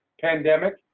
pandemic